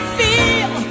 feel